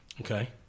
Okay